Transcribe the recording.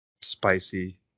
spicy